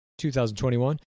2021